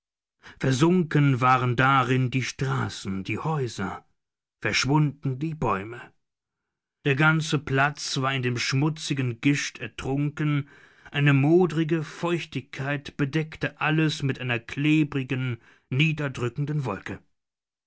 versunken waren darin die straßen die häuser verschwunden die bäume der ganze platz war in dem schmutzigen gischt ertrunken eine moderige feuchtigkeit bedeckte alles mit einer klebrigen niederdrückenden wolke